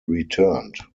returned